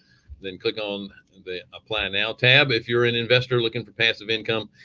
then click on the apply now tab. if you're an investor looking for passive income,